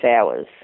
hours